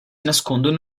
nascondono